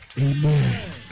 Amen